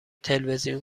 تلویزیون